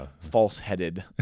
false-headed